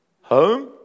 home